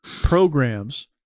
programs